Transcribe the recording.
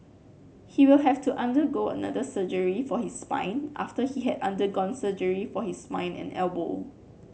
he will have to undergo another surgery for his spine after he had undergone surgery for his and elbow